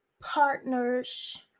partners